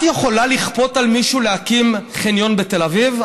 את יכולה לכפות על מישהו להקים חניון בתל אביב?